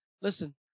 Listen